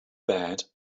bad